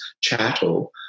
chattel